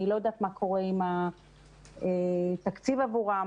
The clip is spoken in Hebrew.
אני לא יודעת מה קורה עם התקציב עבורם.